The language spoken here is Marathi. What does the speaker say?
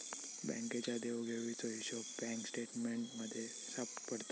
बँकेच्या देवघेवीचो हिशोब बँक स्टेटमेंटमध्ये सापडता